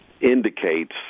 indicates